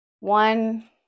One